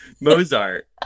mozart